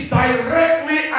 directly